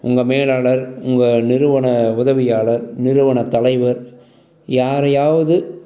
உங்கள் மேலாளர் உங்கள் நிறுவன உதவியாளர் நிறுவன தலைவர் யாரையாவது